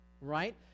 Right